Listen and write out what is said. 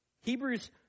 Hebrews